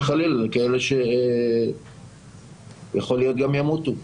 וחס וחלילה לכאלה שיכול להיות גם ימותו.